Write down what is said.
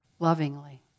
Lovingly